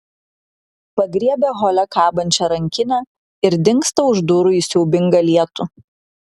pagriebia hole kabančią rankinę ir dingsta už durų į siaubingą lietų